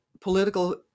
political